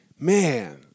man